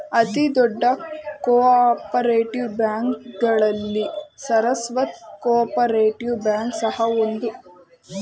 ಅತಿ ದೊಡ್ಡ cooperative ಬ್ಯಾಂಕ್ಗಳಲ್ಲಿ ಸರಸ್ವತ್ ಕೋಪರೇಟಿವ್ ಬ್ಯಾಂಕ್ ಸಹ ಒಂದು